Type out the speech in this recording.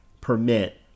permit